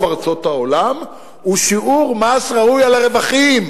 ארצות העולם הוא שיעור מס ראוי על הרווחים,